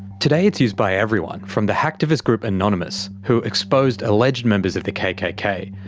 today it's used by everyone from the hacktivist group anonymous who exposed alleged members of the kkk,